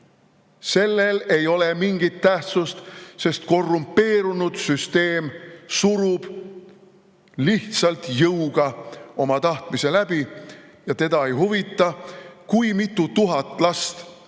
Sellel ei ole mingit tähtsust, sest korrumpeerunud süsteem surub lihtsalt jõuga oma tahtmise läbi. Teda ei huvita, kui mitu tuhat last jääb